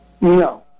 No